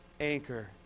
anchor